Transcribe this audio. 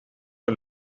are